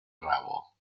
rabo